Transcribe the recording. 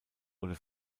oder